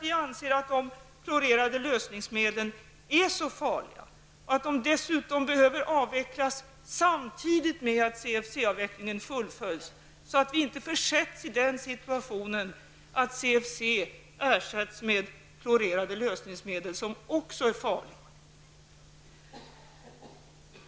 Vi anser nämligen att de klorerade lösningsmedlen är så farliga att det dessutom är nödvändigt att avveckla dem samtidigt med att CFC-avvecklingen fullföljs, så att vi inte försätts i den situationen att CFC ersätts med klorerade lösningsmedel, som också är farliga.